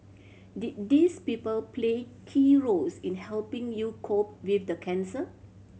did these people play key roles in helping you cope with the cancer